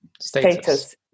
status